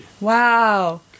Wow